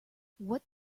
what